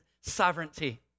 sovereignty